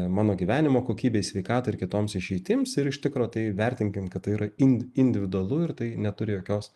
mano gyvenimo kokybei sveikatai ir kitoms išeitims ir iš tikro tai vertinkim kad tai yra in individualu ir tai neturi jokios